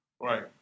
Right